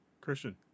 Christian